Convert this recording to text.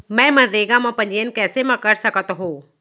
मैं मनरेगा म पंजीयन कैसे म कर सकत हो?